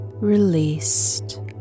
released